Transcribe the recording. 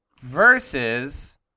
versus